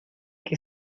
que